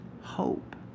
Hope